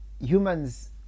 humans